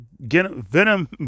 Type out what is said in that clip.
venom